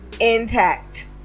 intact